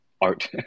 art